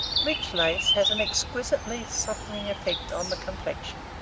rich lace has an exquisitely softening effect on the complexion.